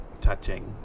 touching